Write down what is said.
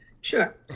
Sure